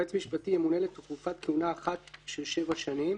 יועץ משפטי ימונה לתקופת כהונה אחת של שבע שנים.